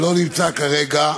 שלא נמצא כרגע,